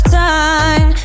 time